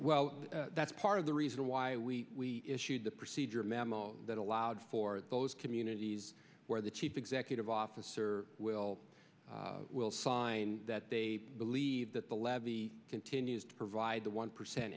well that's part of the reason why we issued the procedure a memo that allowed for those communities where the chief executive officer will will find that they believe that the levy continues to provide the one percent